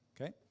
okay